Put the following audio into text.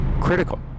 critical